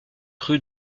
rue